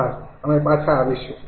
આભાર અમે પાછા આવીશું